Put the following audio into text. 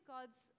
God's